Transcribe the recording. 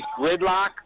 Gridlock